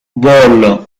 vol